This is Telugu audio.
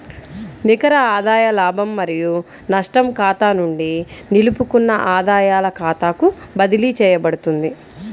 నికర ఆదాయ లాభం మరియు నష్టం ఖాతా నుండి నిలుపుకున్న ఆదాయాల ఖాతాకు బదిలీ చేయబడుతుంది